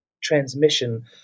transmission